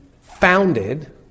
founded